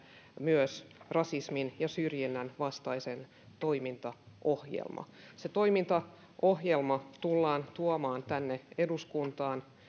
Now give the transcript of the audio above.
myös rasismin ja syrjinnän vastainen toimintaohjelma se toimintaohjelma tullaan tuomaan tänne eduskuntaan